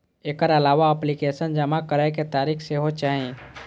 एकर अलावा एप्लीकेशन जमा करै के तारीख सेहो चाही